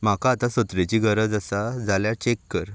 म्हाका आतां सत्रेची गरज आसा जाल्या चेक कर